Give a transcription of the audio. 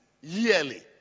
yearly